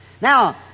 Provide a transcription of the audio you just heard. Now